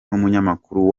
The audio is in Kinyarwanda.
n’umunyamakuru